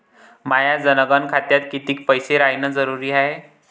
माया जनधन खात्यात कितीक पैसे रायन जरुरी हाय?